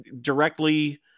directly